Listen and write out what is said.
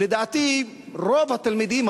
כשלדעתי רוב התלמידים,